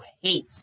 hate